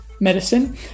medicine